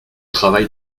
travail